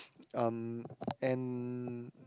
um and